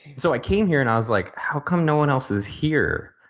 so i came here and i was like how come no one else is here?